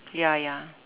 ya ya